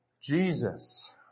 Jesus